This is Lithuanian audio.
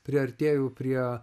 priartėju prie